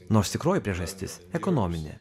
nors tikroji priežastis ekonominė